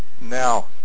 Now